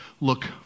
look